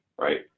right